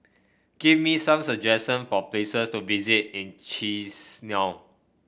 give me some suggestion for places to visit in Chisinau